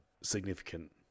significant